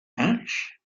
hatch